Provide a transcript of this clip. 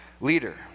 leader